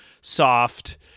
soft